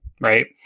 right